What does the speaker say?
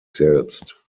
selbst